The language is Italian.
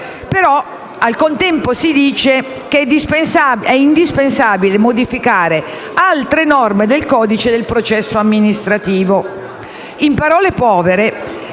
ma al contempo si dice che è indispensabile modificare altre norme del codice del processo amministrativo.